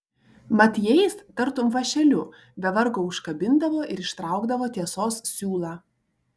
mat jais tartum vąšeliu be vargo užkabindavo ir ištraukdavo tiesos siūlą